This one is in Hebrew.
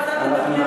שלא יצטרך,